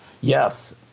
Yes